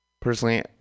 personally